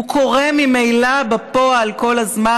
הוא קורה ממילא בפועל כל הזמן.